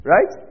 Right